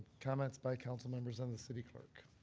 comments by council members and the city clerk.